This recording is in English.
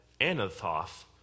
Anathoth